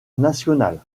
nationale